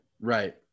Right